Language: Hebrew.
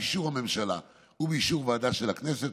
באישור הממשלה ובאישור ועדה של הכנסת,